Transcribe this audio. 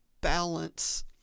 balance